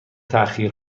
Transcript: تأخیر